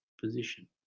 position